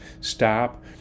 Stop